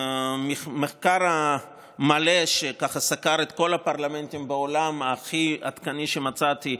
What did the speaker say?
המחקר המלא שסקר את כל הפרלמנטים בעולם שהוא הכי עדכני שמצאתי,